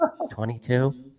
22